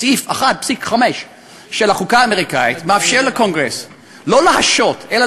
סעיף 1.5 של החוק האמריקנית מאפשר לקונגרס לא להשעות אלא